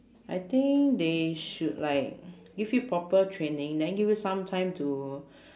I think they should like give you proper training then give you some time to